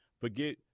forget